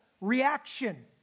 reaction